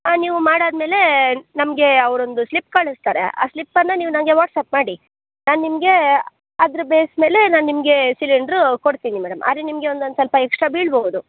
ಹಾಂ ನೀವು ಮಾಡಿ ಆದ ಮೇಲೆ ನಮ್ಗೆ ಅವ್ರು ಒಂದು ಸ್ಲಿಪ್ ಕಳಿಸ್ತಾರೆ ಆ ಸ್ಲಿಪ್ಪನ್ನು ನೀವು ನನಗೆ ವಾಟ್ಸಪ್ ಮಾಡಿ ನಾನು ನಿಮ್ಗೆ ಅದ್ರ ಬೇಸ್ ಮೇಲೆ ನಾನು ನಿಮ್ಗೆ ಸಿಲಿಂಡ್ರೂ ಕೊಡ್ತೀನಿ ಮೇಡಮ್ ಆದರೆ ನಿಮಗೆ ಒಂದೊಂದು ಸ್ವಲ್ಪ ಎಕ್ಸ್ಟ್ರಾ ಬೀಳಬಹ್ದು